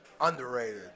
underrated